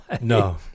No